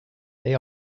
they